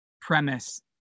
premise